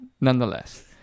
nonetheless